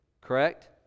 Correct